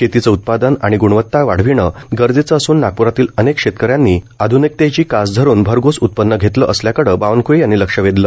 शेतीचे उत्पादन आणि ग्णवत्ता वाढविणे गरजेचं असून नागप्रातील अनेक शेतकऱ्यानी आध्निकतेची कास धरून भरघोस उत्पन्न घेतलं असल्याकडं बावनक्ळे यांनी लक्ष्य वेधलं